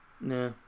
Nah